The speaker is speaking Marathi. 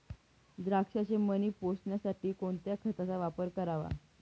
द्राक्षाचे मणी पोसण्यासाठी कोणत्या खताचा वापर करावा?